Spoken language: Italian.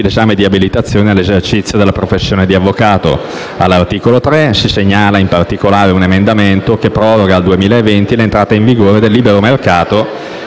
l'esame di abilitazione all'esercizio della professione di avvocato. All'articolo 3, si segnala in particolare un emendamento che proroga al 2020 l'entrata in vigore del libero mercato